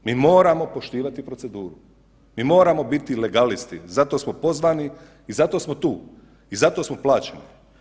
Mi moramo poštivati proceduru, mi moramo biti legalisti zato smo pozvani i zato smo tu i zato smo plaćeni.